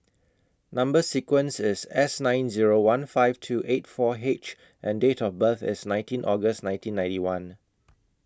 Number sequence IS S nine Zero one five two eight four H and Date of birth IS nineteen August nineteen ninety one